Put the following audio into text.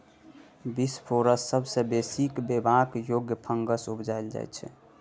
बिसपोरस सबसँ बेसी खेबाक योग्य फंगस उपजाएल जाइ छै